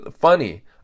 funny